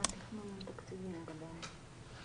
תודה.